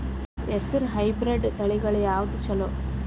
ಹೆಸರ ಹೈಬ್ರಿಡ್ ತಳಿಗಳ ಯಾವದು ಚಲೋ?